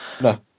No